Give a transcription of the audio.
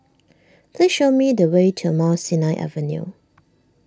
please show me the way to Mount Sinai Avenue